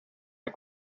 are